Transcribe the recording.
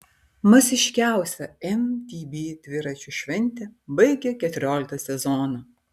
masiškiausia mtb dviračių šventė baigia keturioliktą sezoną